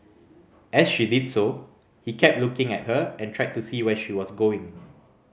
as she did so he kept looking at her and tried to see where she was going